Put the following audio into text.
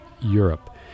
Europe